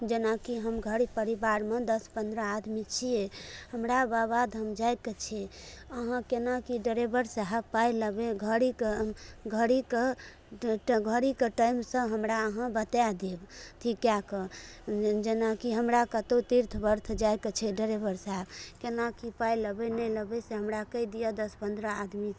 जेनाकि हम घर परिवारमे दस पन्द्रह आदमी छियै हमरा बाबाधाम जायके छै अहाँ केना की ड्राइभर साहेब पाइ लेबै घड़ीके घड़ीके घड़ीके टाइमसँ हमरा अहाँ बताए देब अथि कए कऽ जेनाकि हमरा कतहु तीर्थ बर्थ जायके छै ड्राइभर साहेब केना की पाइ लेबै नहि लेबै से हमरा कहि दिअ दस पन्द्रह आदमी